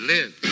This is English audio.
Live